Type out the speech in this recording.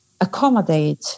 accommodate